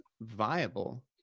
viable